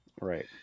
Right